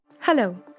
Hello